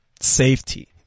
safety